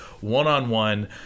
one-on-one